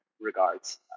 regards